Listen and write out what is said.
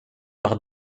par